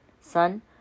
son